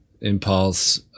Impulse